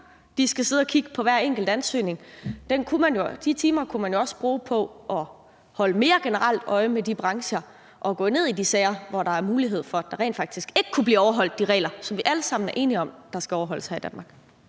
de skal sidde og kigge på hver enkelt ansøgning. De timer kunne man jo også bruge på mere generelt at holde øje med de brancher og gå ned i de sager, hvor der er mulighed for, at de regler, som vi alle sammen er enige om skal overholdes her i Danmark,